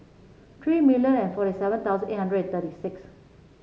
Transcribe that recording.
three million and forty seven thousand eight hundred and thirty six